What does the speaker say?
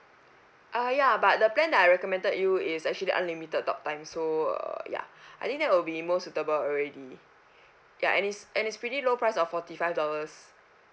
ah ya but the plan I recommended you is actually unlimited talk time so err ya I think that will be most suitable already ya and it's and it's pretty low price of forty five dollars